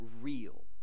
real